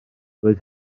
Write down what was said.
roedd